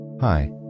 Hi